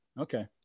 okay